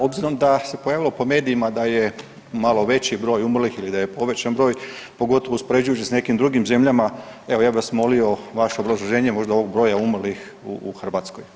Obzirom da se pojavilo po medijima da je malo veći broj umrlih ili da je povećan broj pogotovo uspoređujući sa nekim drugim zemljama evo ja bih vas molio vaše obrazloženje možda ovog broja umrlih u Hrvatskoj.